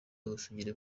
ubusugire